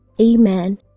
Amen